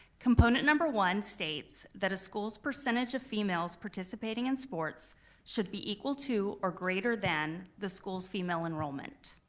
component number one states that a school's percentage of females participating in sports should be equal to or greater than the school's female enrollment,